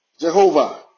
Jehovah